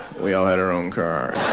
we all had our own car.